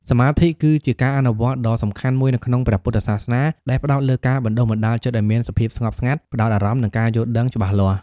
សមាធិ គឺជាការអនុវត្តន៍ដ៏សំខាន់មួយនៅក្នុងព្រះពុទ្ធសាសនា ដែលផ្តោតលើការបណ្ដុះបណ្ដាលចិត្តឲ្យមានសភាពស្ងប់ស្ងាត់ ផ្ដោតអារម្មណ៍ និងការយល់ដឹងច្បាស់លាស់។